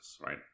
Right